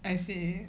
I see